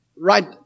Right